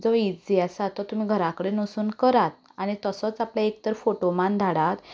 जो अझी आसा तो तुमी घरा कडेन वचून करात आनी तसोच आपल्याक एक तर फोटो मारून धाडात